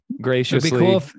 graciously